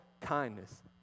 kindness